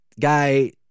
guy